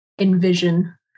envision